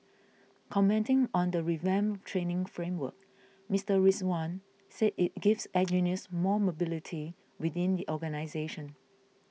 commenting on the revamped training framework Mister Rizwan said it gives engineers more mobility within the organisation